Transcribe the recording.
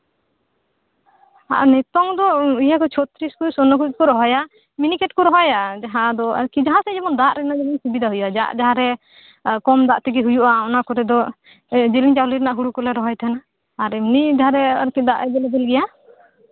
ᱟᱨ ᱱᱤᱛᱳᱝ ᱫᱚ ᱪᱷᱚᱛᱨᱤᱥ ᱠᱚ ᱥᱚᱨᱱᱚ ᱠᱚᱜᱮ ᱠᱚ ᱨᱚᱦᱚᱭᱟ ᱢᱤᱱᱤᱠᱮᱴ ᱠᱚ ᱨᱚᱦᱚᱭᱟ ᱡᱟᱦᱟᱸ ᱨᱮ ᱟᱨ ᱠᱤ ᱫᱟᱜᱽ ᱨᱮᱱᱟᱜ ᱥᱩᱵᱤᱫᱟ ᱠᱚ ᱡᱮᱢᱚᱱ ᱛᱟᱦᱮᱸᱱ ᱟᱨ ᱠᱚᱢ ᱫᱟᱜᱽ ᱛᱮᱜᱮ ᱦᱩᱭᱩᱜᱼᱟ ᱚᱱᱟ ᱠᱚᱨᱮ ᱫᱚ ᱡᱤᱞᱤᱧ ᱪᱟᱣᱞᱮ ᱨᱮᱱᱟᱜ ᱦᱩᱲᱩ ᱠᱚᱞᱮ ᱨᱚᱦᱚᱭ ᱛᱟᱦᱮᱸᱱᱟ ᱟᱨ ᱮᱢᱱᱤ ᱡᱟᱦᱟᱸᱨᱮ ᱫᱟᱜᱽ ᱮᱵᱮᱞᱼᱮᱵᱮᱞ ᱜᱮᱭᱟ